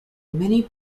many